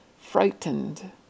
Frightened